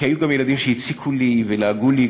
כי היו גם ילדים שהציקו לי ולעגו לי,